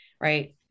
right